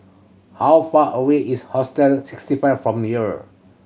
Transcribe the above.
how far away is Hostel Sixty Five from here